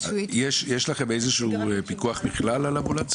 הפיקוח המתואר?